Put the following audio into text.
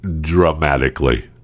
dramatically